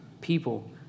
People